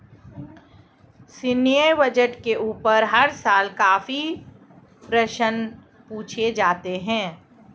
सैन्य बजट के ऊपर हर साल काफी प्रश्न पूछे जाते हैं